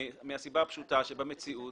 בשל הסיבה הפשוטה, שבמציאות